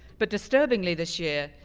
but disturbingly this year,